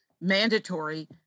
mandatory